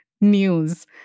news